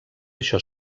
això